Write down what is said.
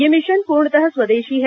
यह मिशन पूर्णतः स्वदेशी है